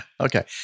Okay